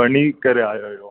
वञी करे आया अहियो